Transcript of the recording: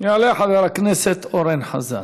יעלה חבר הכנסת אורן חזן,